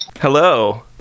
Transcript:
Hello